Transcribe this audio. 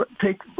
take